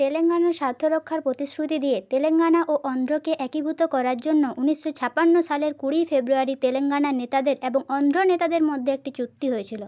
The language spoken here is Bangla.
তেলেঙ্গানার স্বার্থ রক্ষার প্রতিশ্রুতি দিয়ে তেলেঙ্গানা ও অন্ধ্রকে একীভূত করার জন্য উনিশশো ছাপান্ন সালের কুড়ি ফেব্রুয়ারি তেলেঙ্গানা নেতাদের এবং অন্ধ্র নেতাদের মধ্যে একটি চুক্তি হয়েছিল